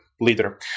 leader